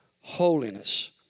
holiness